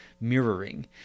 mirroring